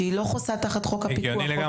שהי אלא חוסה תחת חוק הפיקוח,